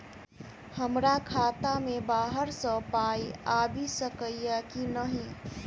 हमरा खाता मे बाहर सऽ पाई आबि सकइय की नहि?